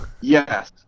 Yes